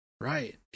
Right